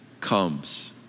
comes